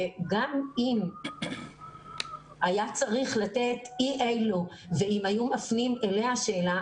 וגם אם היה צריך לתת אי אלו ואם היו מפנים אליה שאלה,